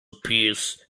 appears